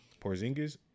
Porzingis